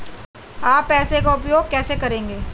आप पैसे का उपयोग कैसे करेंगे?